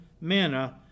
manna